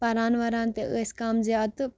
پَران وَران تہِ ٲسۍ کَم زیادٕ تہٕ